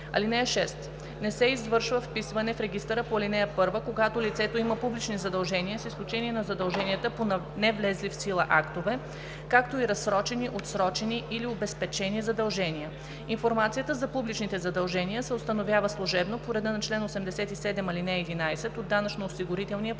(6) Не се извършва вписване в регистъра по ал. 1, когато лицето има публични задължения, с изключение на задълженията по невлезли в сила актове, както и разсрочени, отсрочени или обезпечени задължения. Информацията за публичните задължения се установява служебно по реда на чл. 87, ал. 11 от Данъчно-осигурителния процесуален